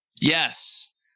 Yes